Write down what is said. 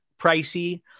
pricey